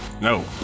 No